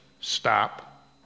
stop